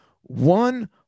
one